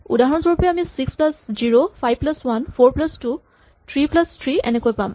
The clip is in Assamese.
উদাহৰণস্বৰূপে আমি six plus zero five plus one four plus two three plus three এনেকৈ পাম